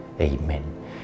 Amen